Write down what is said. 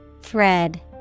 Thread